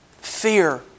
Fear